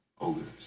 Ogres